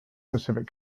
pacific